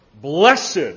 Blessed